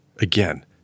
again